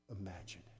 imagine